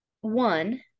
one